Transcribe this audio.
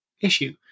issue